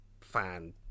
fan